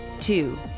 Two